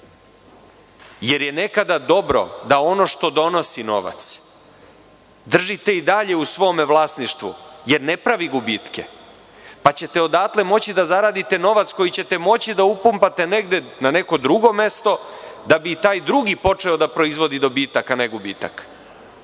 jer je nekada dobro da ono što donosi novac držite i dalje u svom vlasništvu, jer ne pravi gubitke. Odatle ćete moći da zaradite novac koji ćete moći da upumpate negde na neko drugo mesto da bi i taj drugi počeo da proizvodi dobitak, a ne gubitak. To